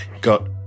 got